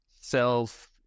self